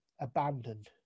abandoned